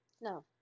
No